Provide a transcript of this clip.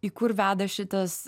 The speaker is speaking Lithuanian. į kur veda šitas